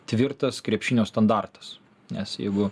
tvirtas krepšinio standartas nes jeigu